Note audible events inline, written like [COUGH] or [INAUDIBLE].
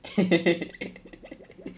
[LAUGHS]